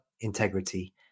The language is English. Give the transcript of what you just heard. integrity